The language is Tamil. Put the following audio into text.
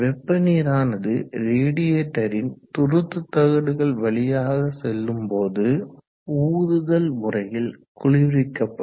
வெப்ப நீரானது ரேடியேட்டரின் துருத்துதகடுகள் வழியே செல்லம்போது ஊதுதல் முறையில் குளிவிக்கப்படும்